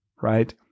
right